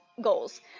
goals